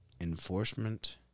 Enforcement